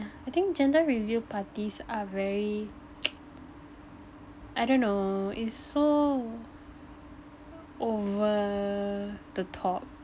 I think gender reveal parties are very I don't know it's so over the top